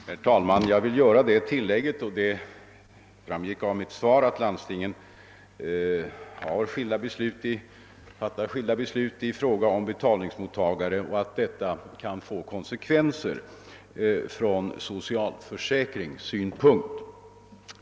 Herr talman! Jag vill göra det tilllägget, och det framgick också av mitt svar, att landstingen fattar skilda beslut i fråga om betalningsmottagare och att detta kan få konsekvenser från socialförsäkringssynpunkt.